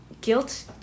guilt